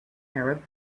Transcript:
arab